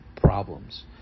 problems